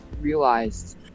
realized